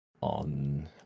on